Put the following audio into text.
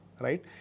right